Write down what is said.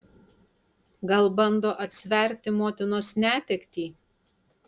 gal bando atsverti motinos netektį